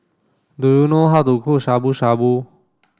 do you know how to cook Shabu Shabu